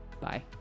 Bye